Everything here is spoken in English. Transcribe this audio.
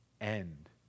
end